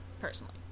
personally